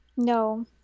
no